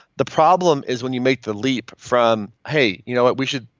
the problem is when you make the leap from, hey you know but we should,